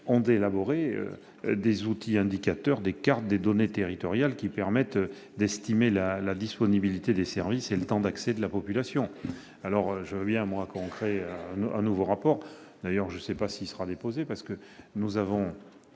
ont élaboré des outils indicateurs, des cartes des données territoriales, qui permettent d'estimer la disponibilité des services et le temps d'accès de la population. Je veux bien qu'on commande un nouveau rapport, mais reste à savoir s'il sera déposé. Le Parlement